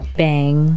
bang